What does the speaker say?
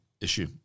issue